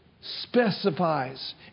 specifies